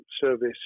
service